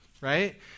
Right